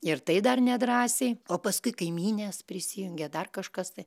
ir tai dar nedrąsiai o paskui kaimynės prisijungė dar kažkas tai